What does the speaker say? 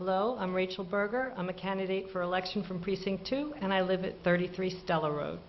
hello i'm rachel berger i'm a candidate for election for precinct two and i live at thirty three style road